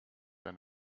and